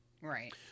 right